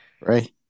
Right